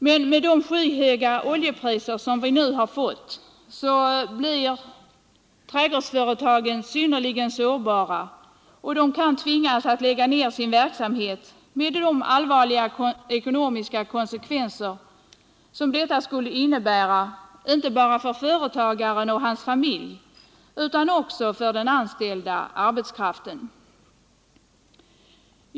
Med nuvarande skyhöga oljepriser blir emellertid trädgårdsföretagen synnerligen sårbara, och de kan tvingas att lägga ner sin verksamhet, med de allvarliga ekonomiska konsekvenser som detta skulle innebära, inte bara för företagarna och deras familjer utan också för den anställda arbetskraften.